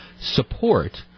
support